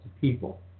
people